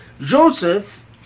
Joseph